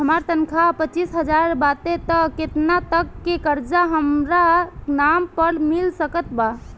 हमार तनख़ाह पच्चिस हज़ार बाटे त केतना तक के कर्जा हमरा नाम पर मिल सकत बा?